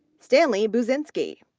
stanley buczynski,